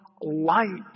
light